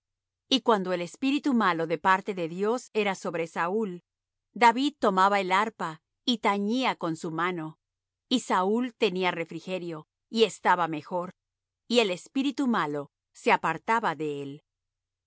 y cuando el espíritu malo de parte de dios era sobre saúl david tomaba el arpa y tañía con su mano y saúl tenía refrigerio y estaba mejor y el espíritu malo se apartaba de él